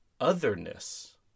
otherness